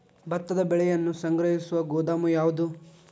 ಭತ್ತದ ಬೆಳೆಯನ್ನು ಸಂಗ್ರಹಿಸುವ ಗೋದಾಮು ಯಾವದು?